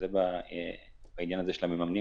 זה בעניין של המממנים.